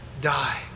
die